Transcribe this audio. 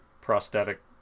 prosthetic